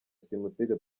simusiga